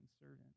servant